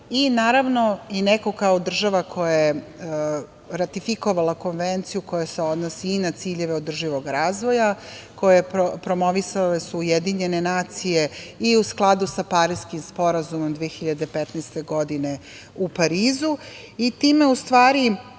Naravno, neko kao država koja je ratifikovala konvenciju koja se odnosi i na ciljeve održivog razvoja, koju su promovisale UN i skladu sa Pariskim sporazumom 2015. godine u Parizu i time u stvari